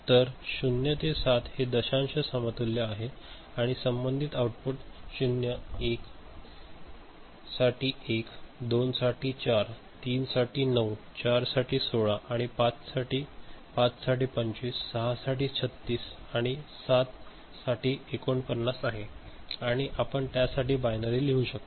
तर 0 ते 7 हे दशांश समतुल्य आहेत आणि संबंधित आउटपुट 0 1 साठी 1 2 साठी 4 3 साठी 9 4 साठी 16 आहे 5 साठी 25 6 साठी 36 आणि 7 साठी 49 आहे आणि आपण त्यासाठी बायनरी लिहू शकता